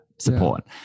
support